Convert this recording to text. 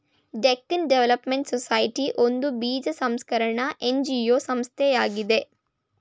Deccan development society ಒಂದು ಬೀಜ ಸಂಸ್ಕರಣ ಎನ್.ಜಿ.ಒ ಸಂಸ್ಥೆಯಾಗಿದೆ